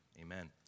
Amen